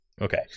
Okay